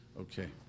Okay